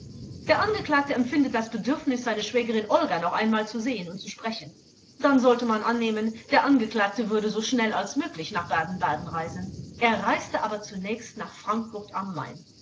der angeklagte empfindet das bedürfnis seine schwägerin olga noch einmal zu sehen und zu sprechen dann sollte man annehmen der angeklagte würde so schnell als möglich nach baden-baden reisen er reiste aber zunächst nach frankfurt a